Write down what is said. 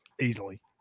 easily